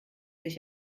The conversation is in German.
sich